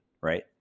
right